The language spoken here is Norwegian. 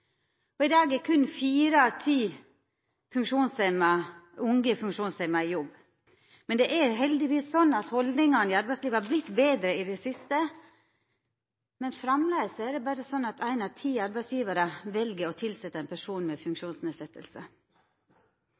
jobb. I dag er berre fire av ti unge funksjonshemma i jobb. Men det er heldigvis sånn at haldningane i arbeidslivet har vorte betre i det siste, men framleis vil berre ein av ti arbeidsgjevarar velja å tilsetja ein person med